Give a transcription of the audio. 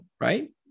right